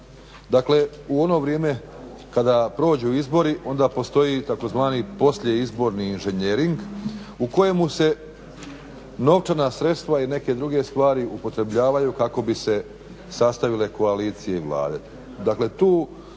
Dakle, u ono vrijeme kada prođu izbori onda postoji tzv. poslijeizborni inženjering u kojemu se novčana sredstva i neke druge stvari upotrebljavaju kako bi se sastavile koalicije Vlade.